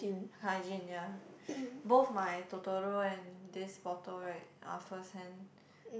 hygiene ya both my Totoro and this bottle right are first hand